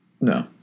No